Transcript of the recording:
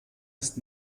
ist